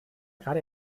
gerade